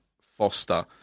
Foster